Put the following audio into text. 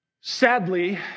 Sadly